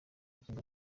ngingo